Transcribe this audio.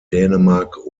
dänemark